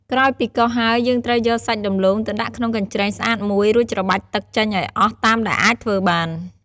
ក្រោយពីកោសហើយ យើងត្រូវយកសាច់ដំឡូងទៅដាក់ក្នុងកញ្ច្រែងស្អាតមួយ រួចច្របាច់ទឹកចេញឱ្យអស់តាមដែលអាចធ្វើបាន។